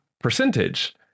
Percentage